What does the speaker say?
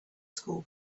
school